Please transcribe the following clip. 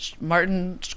Martin